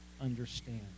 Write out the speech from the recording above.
understand